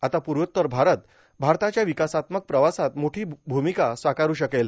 आता पूर्वोत्तर भारत भारताच्या विकासात्मक प्रवासात मोठी भूमिका साकारु शकेल